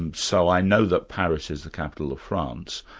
and so i know that paris is the capital of france,